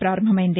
ప్రారంభమైంది